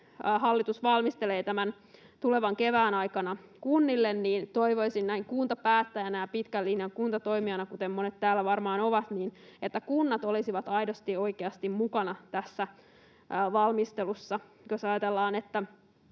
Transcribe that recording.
hallitus valmistelee tämän tulevan kevään aikana kunnille, niin toivoisin näin kuntapäättäjänä ja pitkän linjan kuntatoimijana, kuten monet täällä varmaan ovat, että kunnat olisivat aidosti ja oikeasti mukana tässä valmistelussa. Jos ajatellaan, että